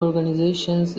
organizations